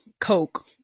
coke